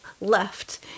left